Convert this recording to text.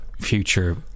future